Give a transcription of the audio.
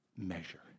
Measure